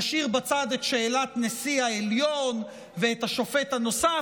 נשאיר בצד את שאלת נשיא העליון ואת השופט הנוסף,